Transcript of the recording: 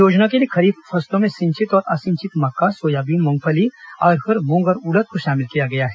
योजना के लिए खरीफ फसलों में सिंचित और असिंचित मक्का सोयाबीन मूंगफली अरहर मूंग और उड़द को शामिल किया गया है